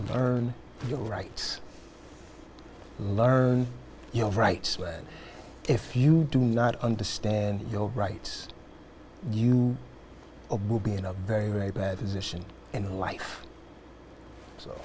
learn your rights learn your rights when if you do not understand your rights you will be in a very very bad position in life so